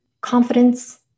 confidence